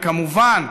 וכמובן,